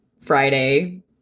Friday